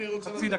חצי דקה,